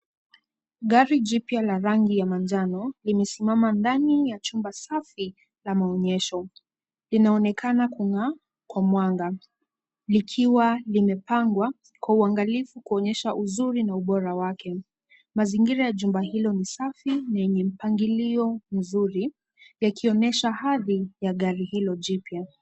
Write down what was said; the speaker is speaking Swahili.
Gari jipya la rangi ya manjano limesimama ndani ya chumba safi la maonyesho. Iinaonekana kung'aa kwa mwanga likiwa limepangwa kwa uangalifu kuonyesha uzuri na ubora wake. Mazingira ya jumba hilo ni safi na yenye mpangilio mzuri yakionyesha hadhi ya gari hilo jipya.